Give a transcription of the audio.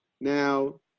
Now